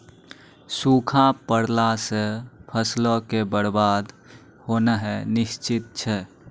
सूखा पड़ला से फसलो के बरबाद होनाय निश्चित छै